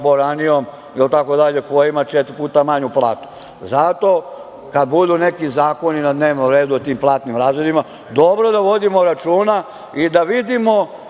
boranijom i tako dalje koji imaju četiri puta manju platu. Zato kada budu neki zakoni na dnevnom redu o tim platnim razredima, dobro da vodimo računa i da vidimo